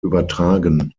übertragen